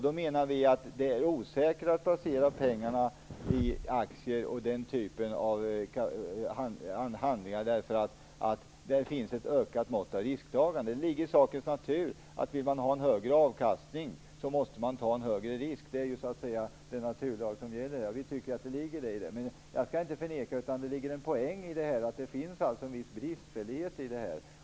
Då menar vi att det är osäkrare att placera pengarna i aktier och den typen av handlingar. Där finns ett ökat mått av risktagande. Det ligger i saken natur att om man vill ha en högre avkastning måste man ta en högre risk. Det är den naturlag som gäller. Men jag skall inte förneka att det ligger en poäng i att det finns en viss bristfällighet i detta.